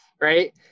Right